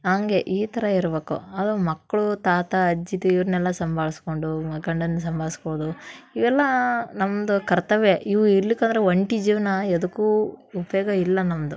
ಹಾಗೆ ಈ ತರ ಇರ್ಬೇಕು ಅದು ಮಕ್ಕಳು ತಾತ ಅಜ್ಜಿದಿರ್ನೆಲ್ಲ ಸಂಭಾಳ್ಸ್ಕೊಂಡು ಗಂಡನ್ನ ಸಾಂಭಾಳ್ಸ್ಬೋದು ಇವೆಲ್ಲ ನಮ್ದು ಕರ್ತವ್ಯ ಇವು ಇರಲಿಕ್ಕಂದ್ರ ಒಂಟಿ ಜೀವನ ಎದಕ್ಕೂ ಉಪಯೋಗ ಇಲ್ಲ ನಮ್ಮದು